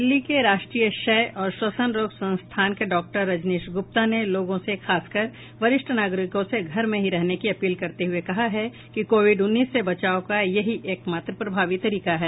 दिल्ली के राष्ट्रीय क्षय और श्वसन रोग संस्थान के डॉक्टर रजनीश गुप्ता ने लोगों से खासकर वरिष्ठ नागरिकों से घर पर ही रहने की अपील करते हुये कहा है कि कोविड उन्नीस से बचाव का यही एक मात्र प्रभावी तरीका है